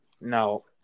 No